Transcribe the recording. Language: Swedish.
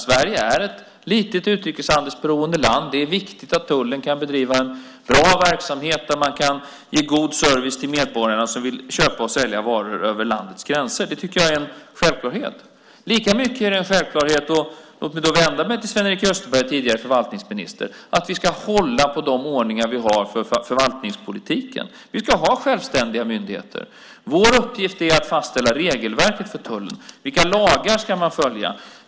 Sverige är ett litet, utrikeshandelsberoende land. Det är viktigt att tullen kan bedriva en bra verksamhet med en god service till medborgare som vill köpa och sälja varor över landets gränser. Det tycker jag är en självklarhet. Låt mig vända mig till Sven-Erik Österberg, tidigare förvaltningsminister, och säga att det är lika självklart att vi ska hålla på de ordningar vi har för förvaltningspolitiken. Vi ska ha självständiga myndigheter. Vår uppgift är att fastställa regelverket för tullen. Vilka lagar ska man följa?